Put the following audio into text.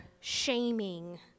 shaming